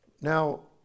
Now